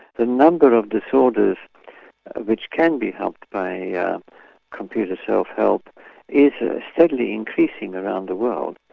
the number of disorders which can be helped by ah computer self-help is ah steadily increasing around the world.